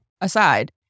aside